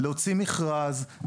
להוציא מכרז,